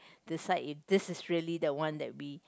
decide if this is really the one that be